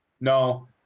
No